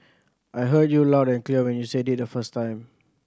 I heard you loud and clear when you said it the first time